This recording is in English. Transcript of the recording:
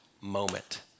moment